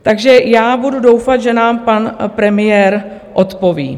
Takže já budu doufat, že nám pan premiér odpoví.